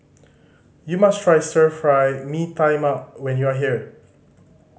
you must try Stir Fry Mee Tai Mak when you are here